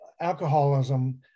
alcoholism